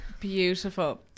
Beautiful